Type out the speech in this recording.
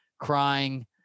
crying